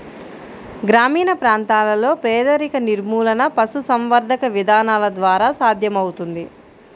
గ్రామీణ ప్రాంతాలలో పేదరిక నిర్మూలన పశుసంవర్ధక విధానాల ద్వారా సాధ్యమవుతుంది